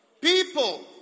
People